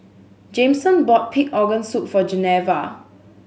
Jameson bought pig organ soup for Geneva